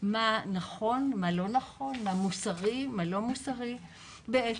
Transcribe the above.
מה נכון ומה לא נכון, מה מוסרי ומה לא מוסרי בעצם.